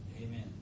Amen